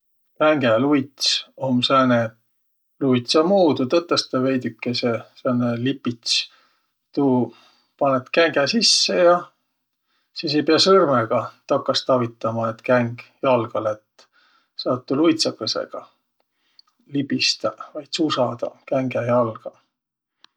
Kängäluits om sääne luitsa muudu tõtõstõ veidükese, sääne lipits. Tuu panõt kängä sisse ja sis ei piäq sõrmõga takast avitama, et käng jalga lätt. Saat tuu luitsagõsõga libistäq vai tsusadaq kängä jalga.